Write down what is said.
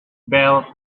bell